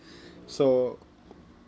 so